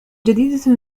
جديدة